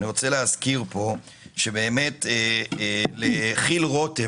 אני מזכיר שלכי"ל רותם,